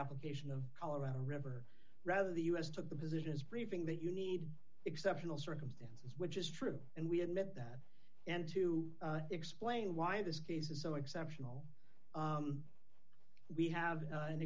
application of colorado river rather the us took the position as briefing that you need exceptional circumstances which is true and we admit that and to explain why this case is so exceptional we have an